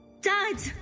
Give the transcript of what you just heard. Dad